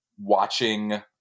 watching